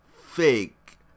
fake